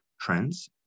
trends